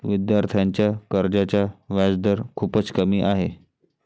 विद्यार्थ्यांच्या कर्जाचा व्याजदर खूपच कमी आहे